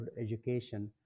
education